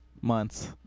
months